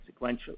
sequentially